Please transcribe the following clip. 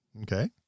Okay